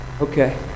Okay